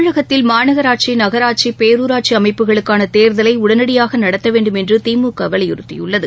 தமிழகத்தில் மாநகராட்சி நகராட்சி பேரூராட்சி அமைப்புகளுக்கான தேர்தலை உடனடியாக நடத்த வேண்டும் என்று திமுக வலியுறுத்தியுள்ளது